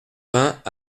vingt